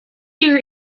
your